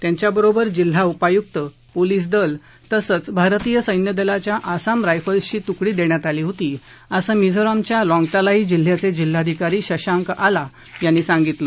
त्यांच्याबरोबर जिल्हा उपायुक्त पोलीस दल तसंच भारतीय सैन्यदलाच्या आसाम रायफल्स ची तुकडी देण्यात आली होती असं मिझोरामच्या लॉगतालाई जिल्ह्याचे जिल्हाधिकारी शशांक आला यांनी सांगितलं